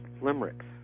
limericks